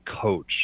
coach